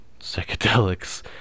psychedelics